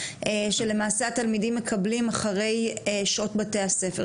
שלמעשה התלמידים מקבלים אחרי שעות בתי הספר,